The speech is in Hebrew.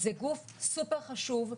זה גוף סופר חשוב.